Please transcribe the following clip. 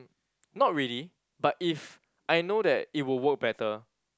not really but if I know that it will work better